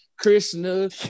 Krishna